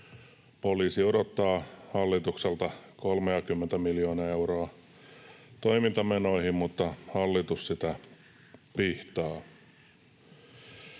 Poliisi odottaa hallitukselta 30:tä miljoonaa euroa toimintamenoihin, mutta hallitus sitä pihtaa.